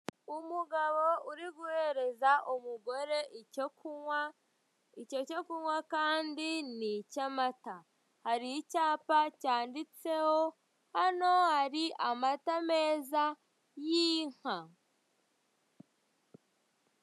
Umugabo uri guhereza umugore icyo kunywa, icyo cyo kunywa kandi ni icy'amata. Hari icyapa cyanditseho "Hano hari amata meza y'inka".